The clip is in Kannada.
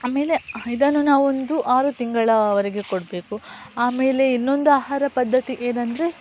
ಆಮೇಲೆ ಇದನ್ನು ನಾವೊಂದು ಆರು ತಿಂಗಳವರೆಗೆ ಕೊಡಬೇಕು ಆಮೇಲೆ ಇನ್ನೊಂದು ಆಹಾರ ಪದ್ಧತಿ ಏನೆಂದರೆ